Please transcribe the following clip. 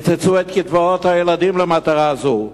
קיצצו את קצבאות הילדים למטרה הזאת.